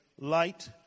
light